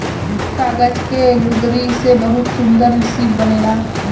कागज के लुगरी से बहुते सुन्दर शिप बनेला